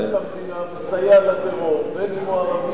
החוק